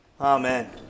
Amen